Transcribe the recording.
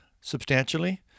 substantially